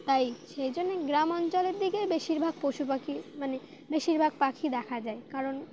তাই সেই জন্যে গ্রাম অঞ্চলের দিকে বেশিরভাগ পশু পাখি মানে বেশিরভাগ পাখি দেখা যায় কারণ